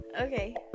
Okay